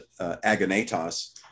agonatos